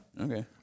Okay